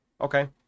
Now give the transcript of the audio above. Okay